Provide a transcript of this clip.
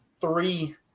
three